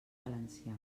valencià